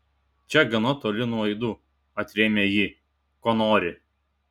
čia gana toli nuo aidų atrėmė ji ko nori